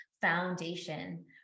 foundation